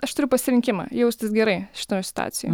aš turiu pasirinkimą jaustis gerai šitoj situacijoj